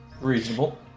Reasonable